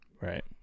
Right